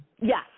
Yes